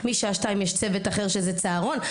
משעה שתיים יש צוות אחר שזה צהרון,